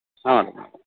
ಹ್ಞೂ ರೀ ಮೇಡಮ್